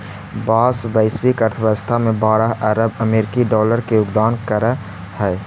बाँस वैश्विक अर्थव्यवस्था में बारह अरब अमेरिकी डॉलर के योगदान करऽ हइ